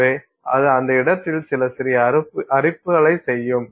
எனவே அது அந்த இடத்தில் சில சிறிய அரிப்புகளை செய்யும்